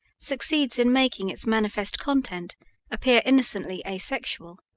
succeeds in making its manifest content appear innocently asexual,